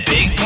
Big